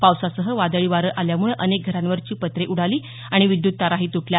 पावसासह वादळी वारं आल्यामुळं अनेक घरांवरची पत्रे उडाली आणि विद्यत ताराही तुटल्या